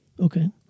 Okay